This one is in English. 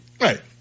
Right